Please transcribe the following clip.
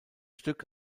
stück